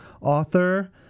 author